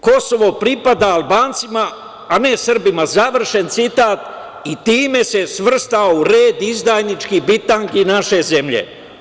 Kosovo pripada Albancima, a ne Srbima", završen citat, i time se svrstao u red izdajničkih bitangi naše zemlje.